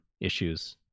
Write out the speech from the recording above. issues